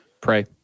Pray